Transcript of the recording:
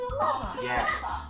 Yes